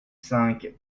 cinq